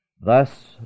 Thus